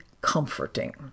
comforting